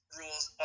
rules